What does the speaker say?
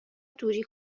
دوری